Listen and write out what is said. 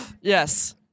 yes